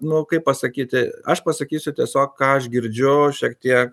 nu kaip pasakyti aš pasakysiu tiesiog ką aš girdžiu šiek tiek